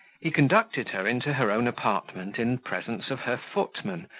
he conducted her into her own apartment in presence of her footman,